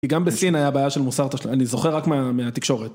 כי גם בסין היה בעיה של מוסר תשלו... אני זוכר רק מהתקשורת.